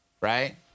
right